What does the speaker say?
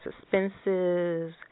suspenses